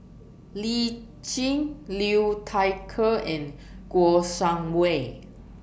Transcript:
Lee Tjin Liu Thai Ker and Kouo Shang Wei